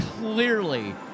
clearly